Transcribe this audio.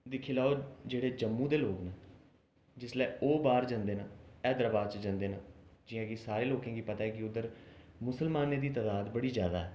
दिक्खी लैओ जेह्ड़े जम्मू दे लोग न जिस्सले ओह् बाह्र जंदे न हैदराबाद च जंदे न जि'यां कि सारे लोकें गी पता ऐ के उद्धर मुसलमानें दी तदाद बड़ी ज्यादा ऐ